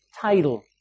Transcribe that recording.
title